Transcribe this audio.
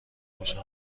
خوشم